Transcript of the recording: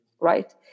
right